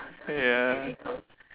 ya